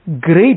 great